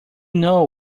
know